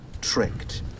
tricked